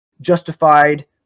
justified